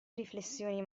riflessioni